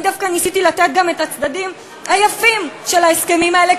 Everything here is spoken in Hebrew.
אני דווקא ניסיתי לתת גם את הצדדים היפים של ההסכמים האלה,